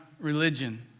religion